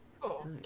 cool